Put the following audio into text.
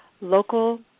local